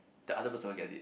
the other person will get it